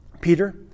Peter